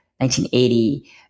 1980